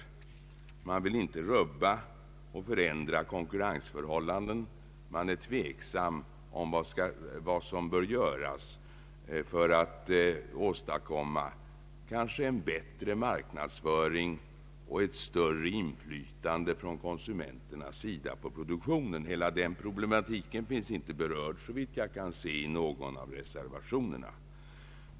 Man vill inte rubba och förändra konkurrensförhållanden, man är tveksam om vad som bör göras för att åstadkomma kanske en bättre marknadsföring och ett större inflytande från konsumentens sida på produktionen, Hela den problematiken finns såvitt jag kan se inte berörd i reservationerna.